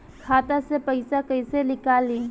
खाता से पैसा कैसे नीकली?